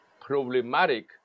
problematic